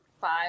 Five